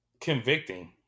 convicting